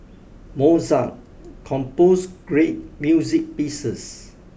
Mozart composed great music pieces